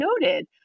noted